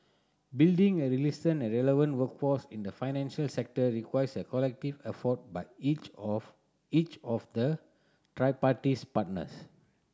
building a resilient and relevant workforce in the financial sector requires a collective effort by each of each of the tripartite partners